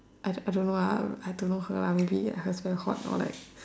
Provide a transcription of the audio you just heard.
I I don't know ah I don't know her maybe her friend hot or like